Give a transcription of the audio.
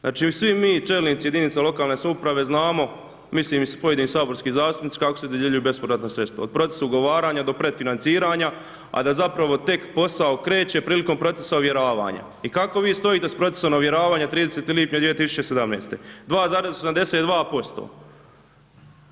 Znači, svi mi čelnici jedinica lokalne samouprave znamo, mislim i pojedini saborski zastupnici, kako se dodjeljuju bespovratna sredstva, od procesa ugovaranja do pred financiranja, a da zapravo tek posao kreće prilikom procesa ovjeravanja i kako vi stojite s procesom ovjeravanja 30. lipnja 2017., 2,82%